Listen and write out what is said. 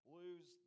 lose